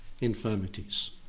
Infirmities